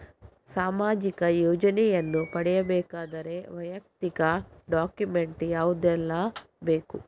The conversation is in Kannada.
ಸಾಮಾಜಿಕ ಯೋಜನೆಯನ್ನು ಪಡೆಯಬೇಕಾದರೆ ವೈಯಕ್ತಿಕ ಡಾಕ್ಯುಮೆಂಟ್ ಯಾವುದೆಲ್ಲ ಬೇಕು?